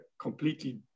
completely